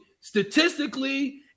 statistically